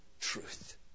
truth